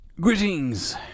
Greetings